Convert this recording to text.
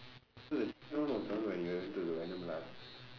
okay the second one was the one when you went to the venum lah